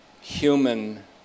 human